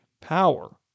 power